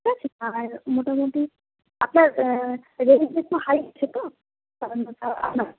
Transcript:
ঠিক আছে আর মোটামুটি আপনার রেঞ্জ একটু হাই আছে তো কারণ ওটা আপনার